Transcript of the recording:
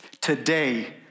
Today